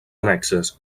annexes